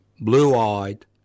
blue-eyed